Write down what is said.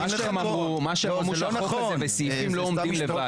מה שהם אמרו שהסעיפים האלה לא עומדים לבד.